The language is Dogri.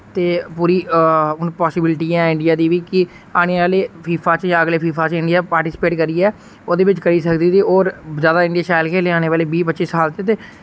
ते पूरी हुन पासिबिलिटी ऐ इंडिया दी बी कि आने आह्ले फीफा च जां अगले फीफा च इंडिया पार्टिसिपेट करियै ओह्दे बिच करी सकदी ते और ज्यादा इंडिया शैल खेलै आने वाले बीह पच्ची साल च ते